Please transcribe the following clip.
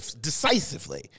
Decisively